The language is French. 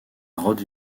rod